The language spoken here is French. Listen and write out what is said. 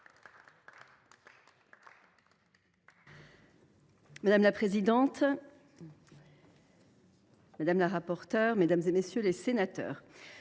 Madame la présidente, madame la rapporteure, mesdames, messieurs les sénateurs,